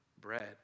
bread